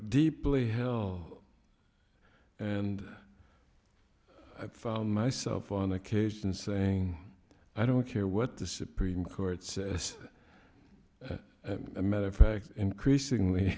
deeply held and i've found myself on occasion saying i don't care what the supreme court says a matter of fact increasingly